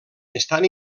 estan